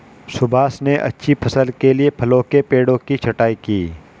सुभाष ने अच्छी फसल के लिए फलों के पेड़ों की छंटाई की